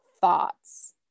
thoughts